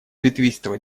ветвистого